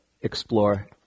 explore